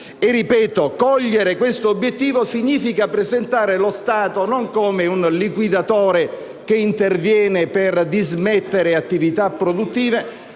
Ripeto, cogliere questo obiettivo significa presentare lo Stato non come un liquidatore che interviene per dismettere attività produttive,